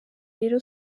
rero